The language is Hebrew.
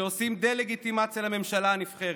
שעושים דה-לגיטימציה לממשלה הנבחרת,